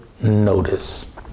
notice